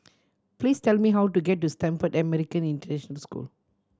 please tell me how to get to Stamford American International School